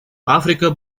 африка